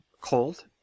cold